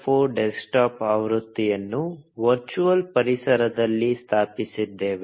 04 desktop ಆವೃತ್ತಿಯನ್ನು virtual ಪರಿಸರದಲ್ಲಿ ಸ್ಥಾಪಿಸಿದ್ದೇವೆ